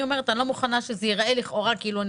אני לא מוכנה שייראה לכאורה כאילו אני